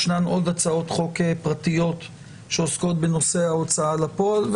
וישנן עוד הצעות חוק פרטיות שעוסקות בנושא ההוצאה לפועל.